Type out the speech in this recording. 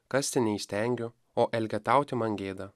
kasti neįstengiu o elgetauti man gėda